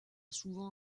souvent